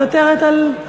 את מוותרת על,